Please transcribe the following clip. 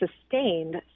sustained